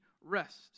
rest